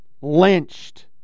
Lynched